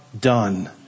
done